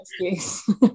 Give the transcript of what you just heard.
excuse